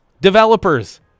developers